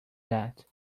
that